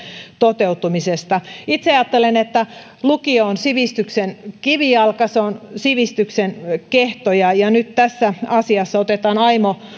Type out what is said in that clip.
toteuttamisessa itse ajattelen että lukio on sivistyksen kivijalka ja sivistyksen kehto nyt tässä asiassa otetaan aimo